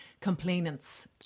complainants